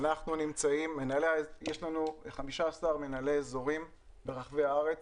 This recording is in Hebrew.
יש לנו 15 מנהלי אזורים ברחבי הארץ,